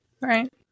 Right